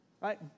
right